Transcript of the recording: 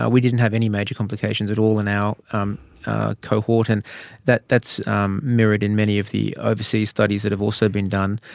ah we didn't have any major complications at all in our um cohort, and that's um mirrored in many of the overseas studies that have also been done.